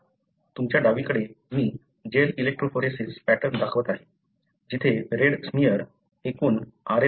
तुमच्या डावीकडे मी जेल इलेक्ट्रोफोरेसीस पॅटर्न दाखवत आहे जिथे रेड स्मीअर एकूण RNA दर्शवतो